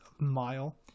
mile